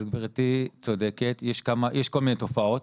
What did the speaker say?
גברתי צודקת, יש כל מיני תופעות.